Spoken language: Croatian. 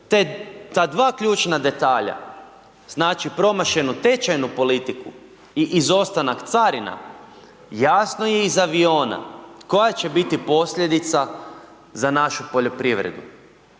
ta dva ključna detalja, znači promašenu tečajnu politiku i izostanak carina jasno je iz aviona koja će biti posljedica za našu poljoprivredu.